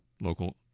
local